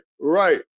right